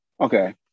okay